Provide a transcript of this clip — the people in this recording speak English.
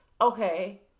okay